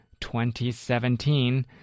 2017